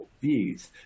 views